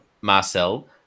Marcel